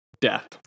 death